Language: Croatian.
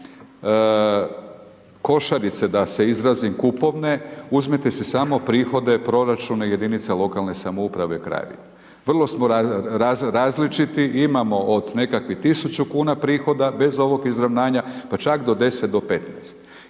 košarice, da se izrazim, kupovne, uzmite si samo prihode, proračune jedinica lokalne samouprave krajevi. Vrlo smo različiti, imamo od nekakvih 1000 kn prihoda, bez ovog izravnanja pa čak do 10 do 15.